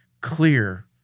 clear